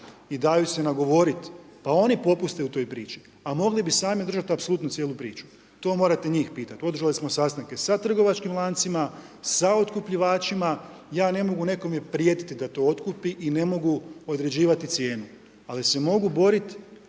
i daju se nagovarati, pa oni popuste u toj priči, a mogli bi sami držati apsolutno cijelu priču. To morate njih pitati, održali smo sastanke sa trgovačkim lancima, sa otkupljivačima, ja ne mogu nekome prijetiti da to otkupi i ne mogu određivati cijenu. Ali, se mogu boriti